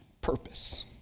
purpose